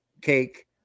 cake